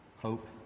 Hope